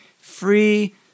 free